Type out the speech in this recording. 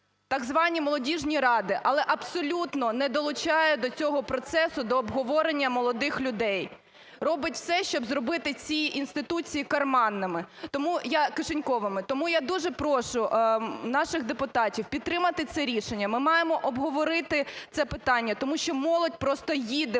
так звані "молодіжні ради", але абсолютно не долучає до цього процесу, до обговорення молодих людей, робить все, щоб зробити ці інституції "карманними". Тому я... "кишеньковими", тому я дуже прошу наших депутатів підтримати це рішення. Ми маємо обговорити це питання, тому молодь просто їде,